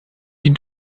die